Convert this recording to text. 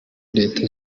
leta